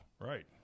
Right